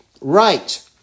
right